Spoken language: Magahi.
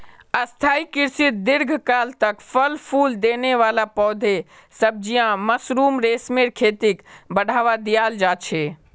स्थाई कृषित दीर्घकाल तक फल फूल देने वाला पौधे, सब्जियां, मशरूम, रेशमेर खेतीक बढ़ावा दियाल जा छे